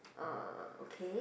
uh okay